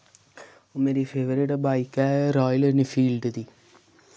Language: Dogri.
मेरी फेवरेट बाइक ऐ रायल इनफील्ड दी